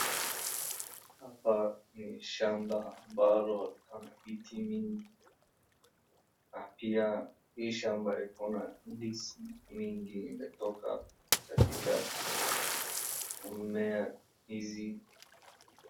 Hapa ni shamba ambalo likona miti mingi na pia hii shamba ikona ndizi mingi imetoka katika mmea hizi.